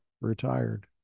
retired